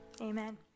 amen